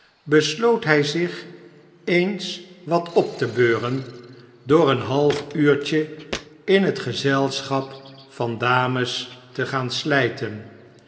besloot hij zich eens wat op te beuren door een half imrtje in het gezelschap van dames te gaan slijten